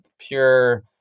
pure